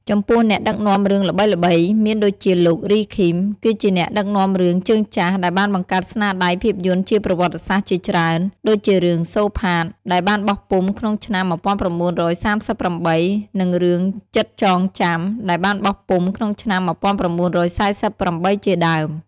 ចំពោះអ្នកដឹកនាំរឿងល្បីៗមានដូចជាលោក រី ឃីម គឺជាអ្នកដឹកនាំរឿងជើងចាស់ដែលបានបង្កើតស្នាដៃភាពយន្តជាប្រវត្តិសាស្ត្រជាច្រើន ដូចជារឿង សូផាត ដែលបានបោះពុម្ពក្នុងឆ្នាំ ១៩៣៨ និង រឿង ចិត្តចងចាំ ដែលបានបោះពុម្ពក្នុងឆ្នាំ ១៩៤៨ ជាដើម។